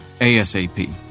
ASAP